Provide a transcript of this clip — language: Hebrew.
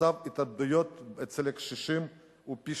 מצב ההתאבדויות אצל הקשישים הוא כמעט